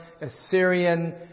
Assyrian